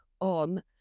on